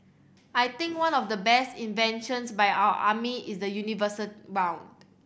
I think one of the best inventions by our army is the universal round